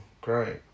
great